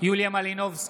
יוליה מלינובסקי,